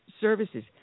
services